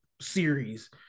series